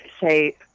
say